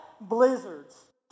blizzards